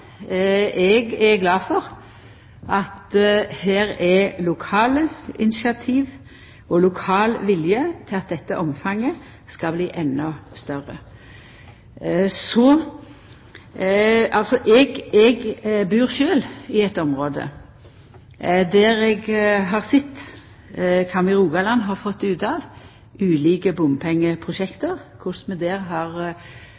Eg er glad for at det her er lokale initiativ og lokal vilje til at dette omfanget skal verta endå større. Eg bur sjølv i eit område der eg har sett kva ein i Rogaland har fått ut av ulike